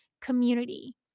community